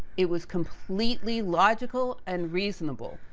it was completely logical and reasonable,